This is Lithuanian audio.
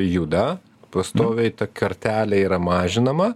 juda pastoviai ta kartelė yra mažinama